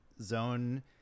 zone